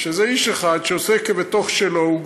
שזה איש אחד שעושה בזה כבתוך שלו,